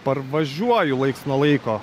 parvažiuoju laiks nuo laiko